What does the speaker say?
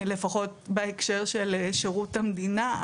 לפחות בהקשר של שירות המדינה,